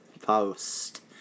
post